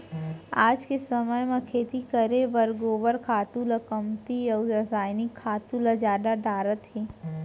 आज के समे म खेती करे बर गोबर खातू ल कमती अउ रसायनिक खातू ल जादा डारत हें